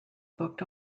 booked